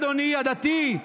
אדוני הדתי,